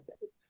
days